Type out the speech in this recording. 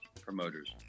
promoters